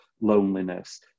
loneliness